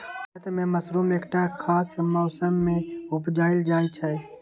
भारत मे मसरुम एकटा खास मौसमे मे उपजाएल जाइ छै